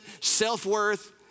self-worth